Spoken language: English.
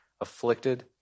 afflicted